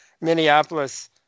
Minneapolis